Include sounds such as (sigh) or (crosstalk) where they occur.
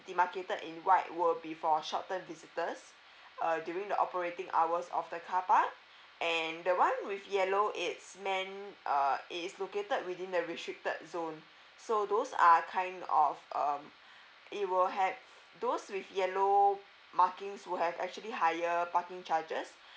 the marketed in white will be for short term visitors (breath) uh during the operating hours of the car park and the one with yellow it's meant uh it is located within the restricted zone so those are kind of um (breath) it will have those with yellow markings would have actually higher parking charges